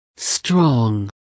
Strong